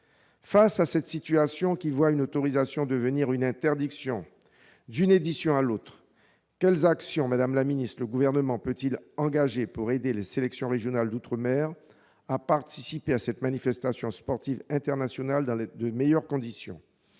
Devant cette situation qui voit une autorisation devenir une interdiction d'une édition à l'autre, quelles actions le Gouvernement peut-il engager pour aider les sélections régionales d'outre-mer à participer à cette manifestation sportive internationale dans de meilleures conditions ?